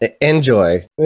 enjoy